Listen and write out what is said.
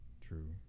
true